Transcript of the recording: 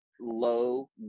low